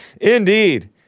Indeed